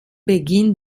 beginn